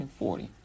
140